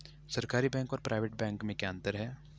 सरकारी बैंक और private bank में क्या क्या अंतर हैं?